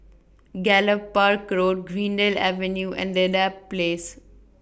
Gallop Park Go Road Greendale Avenue and Dedap Place